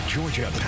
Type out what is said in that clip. Georgia